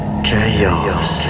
Chaos